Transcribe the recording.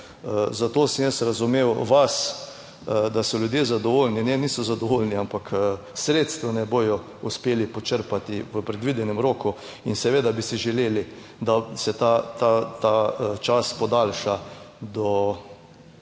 zato sem jaz razumel vas, da so ljudje zadovoljni. Ne, niso zadovoljni, ampak sredstev ne bodo uspeli počrpati v predvidenem roku in seveda bi si želeli, da se ta čas podaljša do še